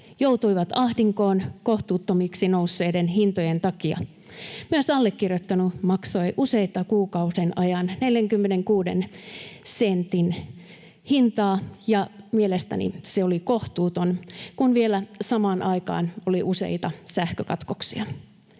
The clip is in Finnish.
joutuivat ahdinkoon kohtuuttomiksi nousseiden hintojen takia — myös allekirjoittanut maksoi useiden kuukausien ajan 46 sentin hintaa, ja mielestäni se oli kohtuuton, kun vielä samaan aikaan oli useita sähkökatkoksia.